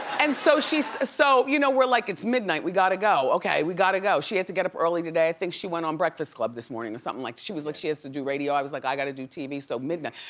and so so you know, we're like, it's midnight we gotta go, okay, we gotta go. she had to get up early today. i think she went on breakfast club this morning or something like, she was like, she has to do radio, i was like, i gotta do tv, so midnight.